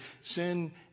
sin